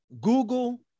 Google